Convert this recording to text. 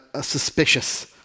suspicious